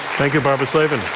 thank you, barbara slavin.